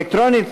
אלקטרונית?